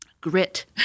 Grit